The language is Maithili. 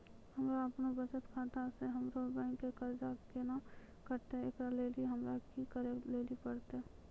हमरा आपनौ बचत खाता से हमरौ बैंक के कर्जा केना कटतै ऐकरा लेली हमरा कि करै लेली परतै?